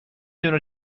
دونه